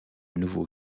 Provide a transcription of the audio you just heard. nouveaux